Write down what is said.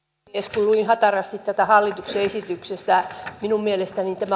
kun luin hatarasti tätä hallituksen esitystä minun mielestäni tämä